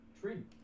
Trim